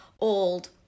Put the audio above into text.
old